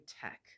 tech